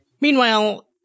Meanwhile